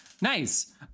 Nice